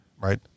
right